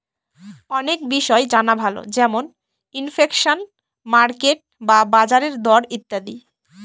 অনেক বিষয় জানা ভালো যেমন ইনফ্লেশন, মার্কেট বা বাজারের দর ইত্যাদি